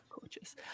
gorgeous